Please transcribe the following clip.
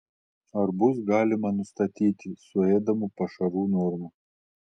ar bus galima nustatyti suėdamų pašarų normą